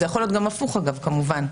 זה יכול להיות גם הפוך, אגב, כמובן.